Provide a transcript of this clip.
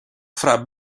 fra